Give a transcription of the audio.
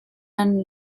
and